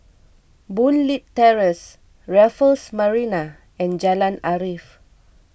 Boon Leat Terrace Raffles Marina and Jalan Arif